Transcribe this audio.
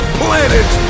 planet